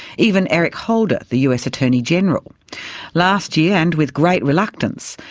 even eric holder the us attorney general last year, and with great reluctance,